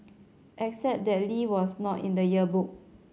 except that Lee was not in the yearbook